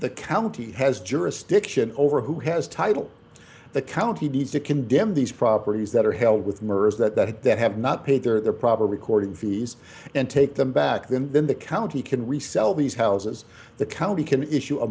the county has jurisdiction over who has title the county deeds to condemn these properties that are held with mers that that have not paid their proper recording fees and take them back then then the county can resell these houses the county can issue a